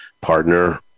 partner